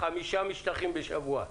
חמישה משטחים בשבוע.